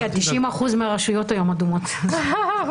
ממלא מקום ראשת העיר מדגל התורה בחיפה.